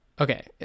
Okay